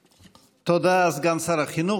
תודה, סגן שר החינוך.